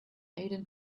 aden